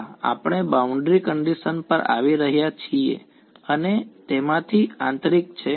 હા આપણે boundary condition પર આવી રહ્યા છીએ અને તેમાંથી આંતરિક છે